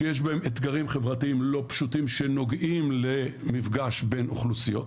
שיש בהם אתגרים חברתיים לא פשוטים שנוגעים למפגש בין אוכלוסיות,